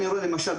למשל,